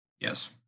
Yes